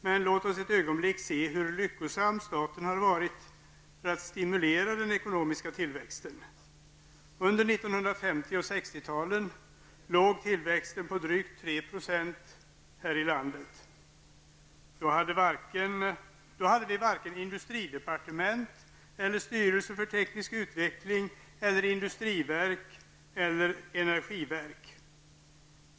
Men låt oss ett ögonblick se hur lyckosam staten har varit att stimulera den ekonomiska tillväxten. Under 1950-- 1960-talen låg tillväxten på drygt 3 % här i landet. Då hade vi varken industridepartement, styrelse för teknisk utveckling, industriverk eller energiverk.